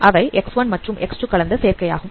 அவை X1 மற்றும் X2 கலந்த சேர்க்கை ஆகும்